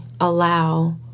allow